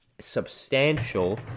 substantial